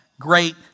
great